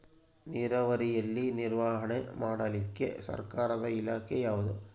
ನೇರಾವರಿಯಲ್ಲಿ ನಿರ್ವಹಣೆ ಮಾಡಲಿಕ್ಕೆ ಸರ್ಕಾರದ ಇಲಾಖೆ ಯಾವುದು?